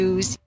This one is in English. Use